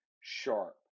Sharp